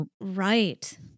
right